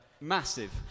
Massive